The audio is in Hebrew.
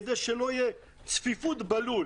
כדי שלא תהיה צפיפות בלול.